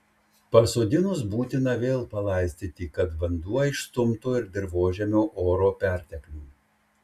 pasodinus būtina vėl palaistyti kad vanduo išstumtų ir dirvožemio oro perteklių